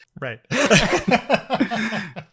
right